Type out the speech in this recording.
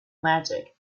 magic